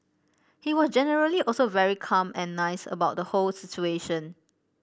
he was generally also very calm and nice about the whole situation